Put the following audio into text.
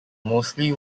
mostly